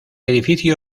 edificio